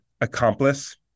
Accomplice